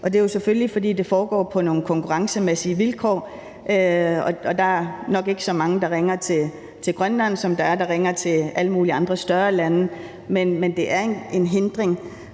Det er selvfølgelig, fordi det foregår på nogle konkurrencemæssige vilkår, og der er nok ikke så mange, der ringer til Grønland, som der er, der ringer fra Grønland til alle mulige andre større lande. Men det er en hindring,